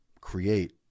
create